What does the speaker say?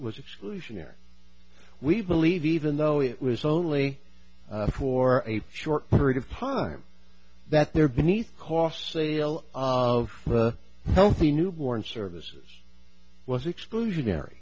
was exclusionary we believe even though it was only for a short period of time that there beneath cost sale of healthy newborn services was exclusionary